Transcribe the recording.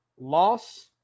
loss